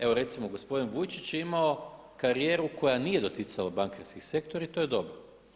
Evo recimo gospodin Vujčić je imao karijeru koja nije doticala bankarski sektor i to je dobro.